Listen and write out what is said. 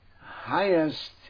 highest